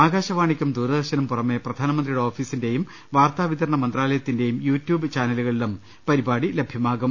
ആകാശവാണിക്കും ദൂരദർശനും പുറമെ പ്രധാ നമന്ത്രിയുടെ ഓഫീസിന്റെയും വാർത്താവിതരണ മന്ത്രാലയത്തിന്റെയും യു ട്യൂബ് ചാനലുകളിലും പരിപാടി ലഭ്യമാകും